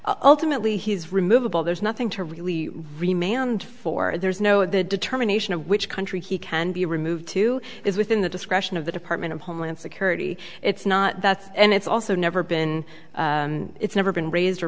also ultimately he's removable there's nothing to really remained for there's no the determination of which country he can be removed to is within the discretion of the department of homeland security it's not that's and it's also never been it's never been raised